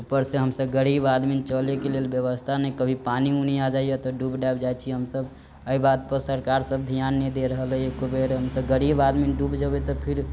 ऊपर से हमसब गरीब आदमी चले के लेल व्यवस्था नै कभी पानी ऊनी आ जाइया त डूब डाब जाइ छी हमसब अइ बात पऽ सरकार सब ध्यान नै दे रहल है एकोबेर हमसब गरीब आदमी डूब जेबै त फिर